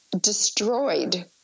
destroyed